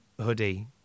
hoodie